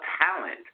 talent